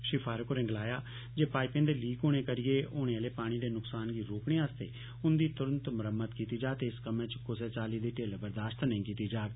श्री फायक होरें गलाया जे पाइपें दे लीक होने करियै होने आह्ले पानी दे नुक्सान गी रोकने आस्ते उन्दी तुरंत मरम्मत कीती जा ते इस कम्मै च कुस्सै चाल्ली दी टिल्ल बर्दाश्त नेई कीती जाग